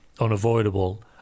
unavoidable